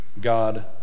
God